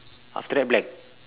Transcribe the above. after that blank